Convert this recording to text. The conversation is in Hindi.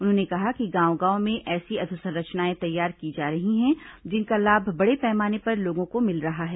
उन्होंने कहा कि गांव गांव में ऐसी अधोसंरचनाएं तैयार की जा रही है जिनका लाभ बड़े पैमाने पर लोगों को मिल रहा है